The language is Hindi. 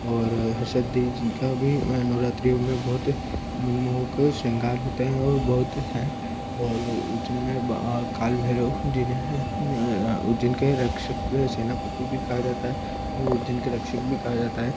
और हर्षद देवी जिनका भी मैं नवरात्रीओ में बहुत मनमोहक शृंगार होते हैं और बहुत हैं और उज्जैन में बा काल भैरव जिन्हें उज्जैन के रक्षक सेनापति भी कहा जाता है जिनके रक्षक भी कहा जाता है